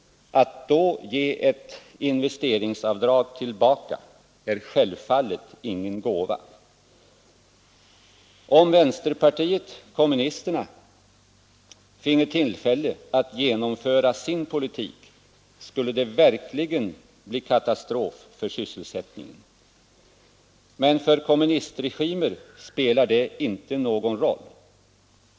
Att då ge ett investeringsavdrag tillbaka är självfallet ingen gåva. Om vänsterpartiet kommunisterna finge tillfälle att genomföra sin politik skulle det verkligen bli katastrof för sysselsättningen. Men för kommunistregimer spelar det inte någon roll.